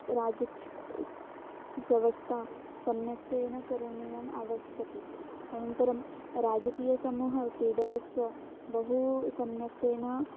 राजक् व्यवस्था सम्यक्तेन करणीयम् आवश्यकी अनन्तरं राजकीय समूहः क्रीडकस्य बहु सम्यक्तेन